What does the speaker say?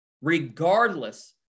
regardless